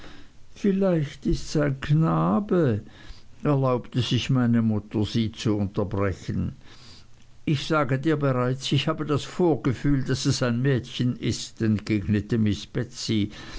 vielleicht ists ein knabe erlaubte sich meine mutter sie zu unterbrechen ich sagte dir bereits ich habe das vorgefühl daß es ein mädchen ist entgegnete miß